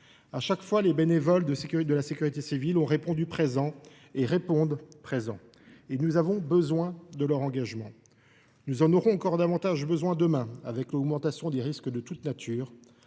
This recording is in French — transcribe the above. Chaque fois, les bénévoles de la sécurité civile ont répondu présents et répondent présents. Nous avons besoin aujourd’hui de leur engagement. Nous en aurons besoin davantage encore demain, avec l’augmentation des risques en tout genre.